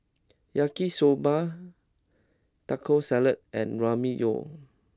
Yaki soba Taco Salad and Ramyeon